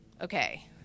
okay